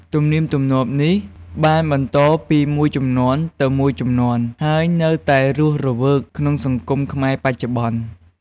ទំនៀមទម្លាប់នេះបានបន្តពីមួយជំនាន់ទៅមួយជំនាន់ ហើយនៅតែរស់រវើកក្នុងសង្គមខ្មែរបច្ចុប្បន្ន។